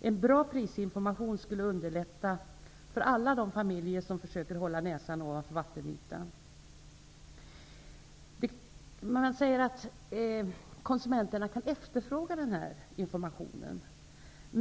En bra prisinformation skulle underlätta för alla de familjer som försöker att hålla näsan ovanför vattenytan. Det sägs att konsumenterna kan efterfråga denna information.